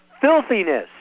filthiness